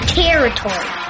territory